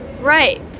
Right